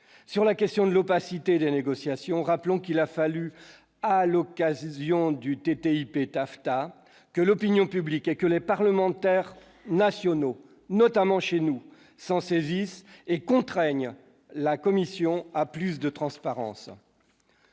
sur la question de l'opacité des négociations, rappelons qu'il a fallu à l'occasion du TTP taffetas que l'opinion publique et que les parlementaires nationaux, notamment chez nous sans saisissent et contraignant la Commission à plus de transparence.